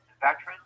veterans